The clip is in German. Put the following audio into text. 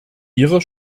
ihrer